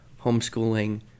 homeschooling